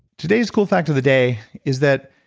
today's cool fact of the day is that,